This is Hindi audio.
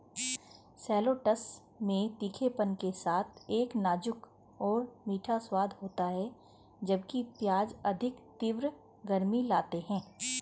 शैलोट्स में तीखेपन के साथ एक नाजुक और मीठा स्वाद होता है, जबकि प्याज अधिक तीव्र गर्मी लाते हैं